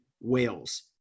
Wales